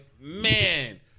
Man